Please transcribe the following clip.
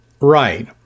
Right